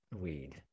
weed